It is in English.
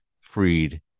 freed